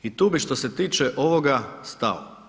I tu bi što se tiče ovoga stao.